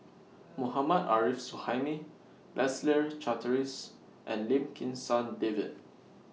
Mohammad Arif Suhaimi Leslie Charteris and Lim Kim San David